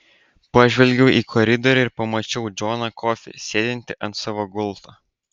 pažvelgiau į koridorių ir pamačiau džoną kofį sėdintį ant savo gulto